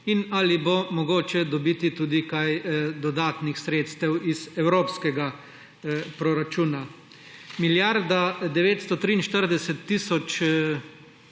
in ali bo mogoče dobiti tudi kaj dodatnih sredstev iz evropskega proračuna. Milijarda 943